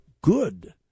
good